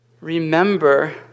remember